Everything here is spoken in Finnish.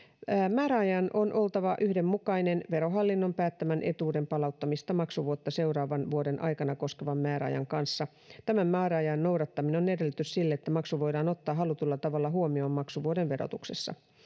määräajan on oltava yhdenmukainen verohallinnon päättämän etuuden palauttamista maksuvuotta seuraavan vuoden aikana koskevan määräajan kanssa tämän määräajan noudattaminen on edellytys sille että maksu voidaan ottaa halutulla tavalla huomioon maksuvuoden verotuksessa